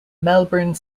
melbourne